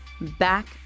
Back